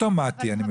אוטומטי.